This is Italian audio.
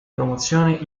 promozione